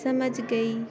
سمجھ گئی